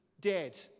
dead